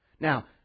Now